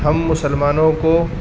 ہم مسلمانوں کو